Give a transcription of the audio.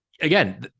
again